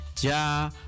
Ja